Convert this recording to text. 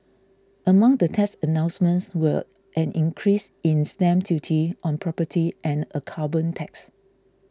among the tax announcements were an increase in stamp duty on property and a carbon tax